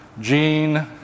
Gene